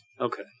Okay